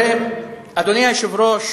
אדוני היושב-ראש,